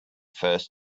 first